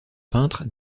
peintre